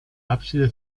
ábside